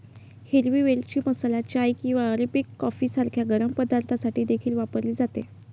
हिरवी वेलची मसाला चाय किंवा अरेबिक कॉफी सारख्या गरम पदार्थांसाठी देखील वापरली जाते